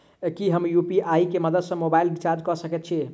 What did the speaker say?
की हम यु.पी.आई केँ मदद सँ मोबाइल रीचार्ज कऽ सकैत छी?